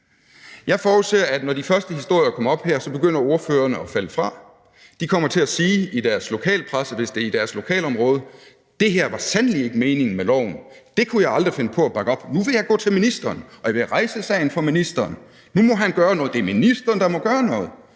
Jeg forudser, at når de første historier kommer frem, så begynder ordførerne at falde fra. De kommer til at sige i deres lokalpresse, hvis det er i deres lokalområde: Det her var sandelig ikke meningen med loven, og det kunne jeg aldrig finde på at bakke op om; nu vil jeg gå til ministeren, og jeg vil rejse sagen for ministeren; nu må han gøre noget; det er ministeren, der må gøre noget.